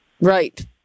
right